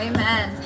Amen